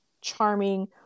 charming